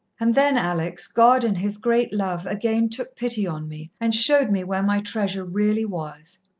and then, alex, god in his great love, again took pity on me, and showed me where my treasure really was.